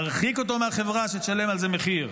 להרחיק אותו מהחברה שתשלם על זה מחיר,